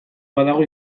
badago